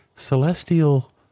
Celestial